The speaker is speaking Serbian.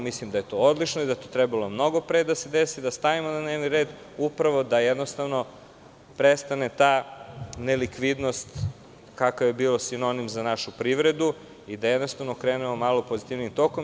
Mislim da je to odlično i da je trebalo mnogo pre da se desi, da stavimo na dnevni red, da jednostavno prestane ta nelikvidnost kakav je bio sinonim za našu privredu i da jednostavno krenemo malo pozitivnijim tokom.